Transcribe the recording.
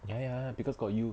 ya ya ya because got you